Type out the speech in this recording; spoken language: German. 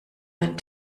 ein